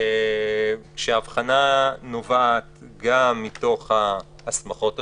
כשההבחנה נובעת גם מתוך ההסמכות השונות,